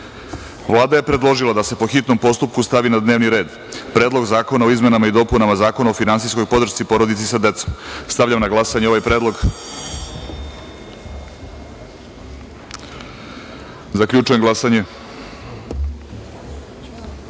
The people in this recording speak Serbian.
je predložila da se, po hitnom postupku, stavi na dnevni red Predlog zakona o izmenama i dopunama Zakona o finansijskoj podršci porodici sa decom. Stavljam na glasanje ovaj predlog. Zaključujem glasanje: